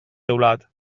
teulat